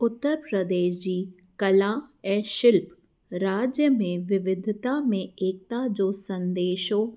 उत्तर प्रदेश जी कला ऐं शिल्प राज्य में विविधता में एकता जो संदेशो